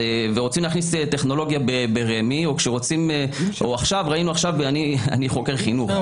ורוצים להכניס טכנולוגיה ברמ"י או עכשיו ראינו אני חוקר חינוך,